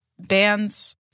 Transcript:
bands